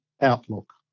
Outlook